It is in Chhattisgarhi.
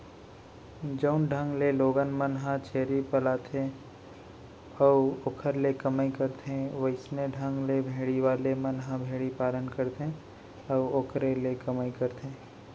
जउन ढंग ले लोगन मन ह छेरी पालथे अउ ओखर ले कमई करथे वइसने ढंग ले भेड़ी वाले मन ह भेड़ी पालन करथे अउ ओखरे ले कमई करथे